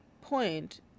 point